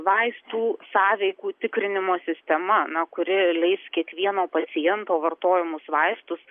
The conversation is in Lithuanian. vaistų sąveikų tikrinimo sistema na kuri leis kiekvieno paciento vartojamus vaistus